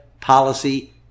policy